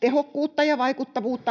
tehokkuutta ja vaikuttavuutta,